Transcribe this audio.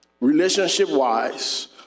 relationship-wise